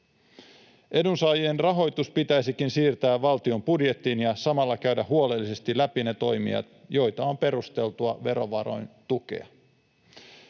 Edunsaajien rahoitus pitäisikin siirtää valtion budjettiin ja samalla käydä huolellisesti läpi ne toimijat, joita on perusteltua verovaroin tukea.